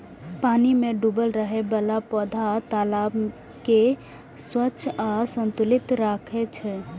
पानि मे डूबल रहै बला पौधा तालाब कें स्वच्छ आ संतुलित राखै छै